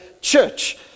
church